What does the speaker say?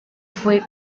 fue